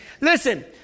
Listen